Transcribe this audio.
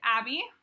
Abby